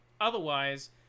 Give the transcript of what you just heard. Otherwise